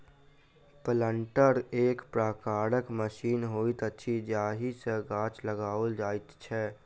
planter एक प्रकारक machine होइत अछि जाहि सॅ गाछ लगाओल जाइत छै